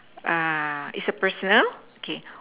is a personal okay